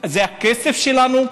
זה הכסף שלנו,